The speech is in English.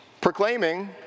Proclaiming